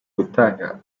gatanya